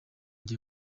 jye